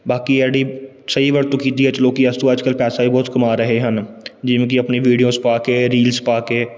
ਬਾਕੀ ਜਿਹੜੀ ਸਹੀ ਵਰਤੋਂ ਕੀਤੀ ਲੋਕ ਉਸ ਤੋਂ ਅੱਜ ਕੱਲ੍ਹ ਪੈਸਾ ਵੀ ਬਹੁਤ ਕਮਾ ਰਹੇ ਹਨ ਜਿਵੇਂ ਕਿ ਆਪਣੀ ਵੀਡੀਓਜ ਪਾ ਕੇ ਰੀਲਸ ਪਾ ਕੇ